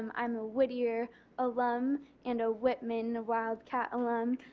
um i am a whittier alum and a whitman wildcat alum.